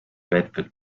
bedford